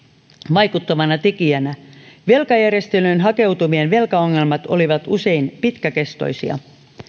vaikuttavana tekijänä velkajärjestelyyn hakeutuvien velkaongelmat olivat usein pitkäkestoisia